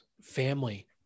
family